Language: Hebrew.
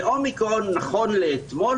ואומיקרון נכון לאתמול,